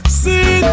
see